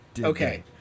Okay